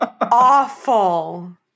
awful